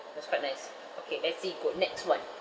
that's quite nice okay let's see go next [one]